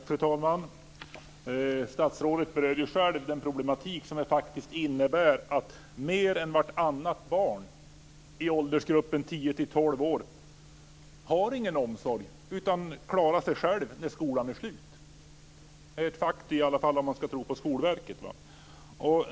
Fru talman! Statsrådet berörde själv den problematik som det faktiskt innebär att mer än vartannat barn i åldersgruppen tio-tolv år inte har någon omsorg, utan klarar sig själv när skolan är slut. Så är det i alla fall om man ska tro på Skolverket.